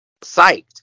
psyched